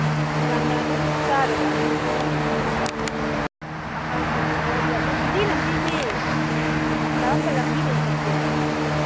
ꯉꯟꯅ ꯑꯗꯨꯝ ꯆꯥꯔꯗꯝꯃꯦ ꯄꯨꯡ ꯃꯥꯄꯟ ꯑꯗ꯭ꯋꯥꯏ ꯑꯗꯣ ꯖꯤꯔꯤ ꯂꯝꯕꯤꯁꯤ ꯀꯔꯝꯕ ꯂꯝꯕꯤꯗꯩ ꯆꯠꯀꯦꯕ